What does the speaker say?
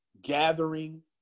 gathering